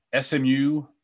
smu